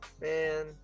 man